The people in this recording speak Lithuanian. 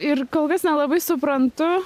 ir kol kas nelabai suprantu